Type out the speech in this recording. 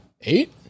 eight